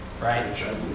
right